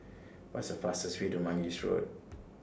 What IS The fastest Way to Mangis Road